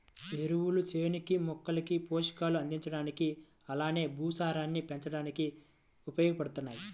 ఎరువులు చేనుకి, మొక్కలకి పోషకాలు అందించడానికి అలానే భూసారాన్ని పెంచడానికి ఉపయోగబడతాయి